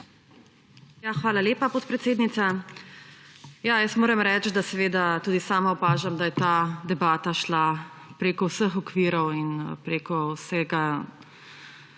Hvala lepa, podpredsednica. Moram reči, da seveda tudi sama opažam, da je ta debata šla preko vseh okvirjev in preko vsega